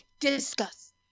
Discuss